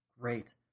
Great